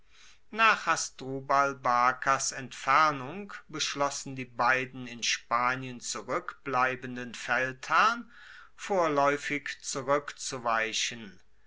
nach hasdrubal barkas entfernung beschlossen die beiden in spanien zurueckbleibenden feldherren vorlaeufig zurueckzuweichen